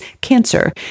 cancer